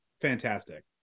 fantastic